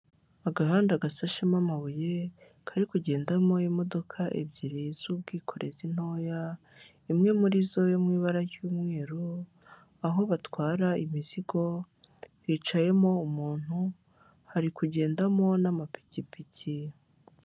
Agahanda gasashema amabuye kari kugendamo imodoka ebyiri z'ubwikorezi ntoya, imwe muri zo mu ibara ry'umweru aho batwara imizigo hicayemo umuntu hari kugendamo n'amapikipiki.